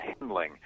handling